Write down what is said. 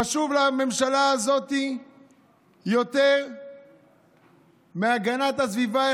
חשוב לממשלה הזאת יותר מהגנת הסביבה,